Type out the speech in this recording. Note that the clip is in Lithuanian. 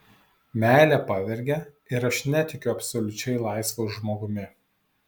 meilė pavergia ir aš netikiu absoliučiai laisvu žmogumi